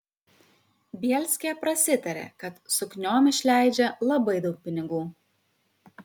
bielskė prasitarė kad sukniom išleidžia labai daug pinigų